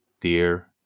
Dear